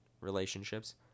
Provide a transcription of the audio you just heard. relationships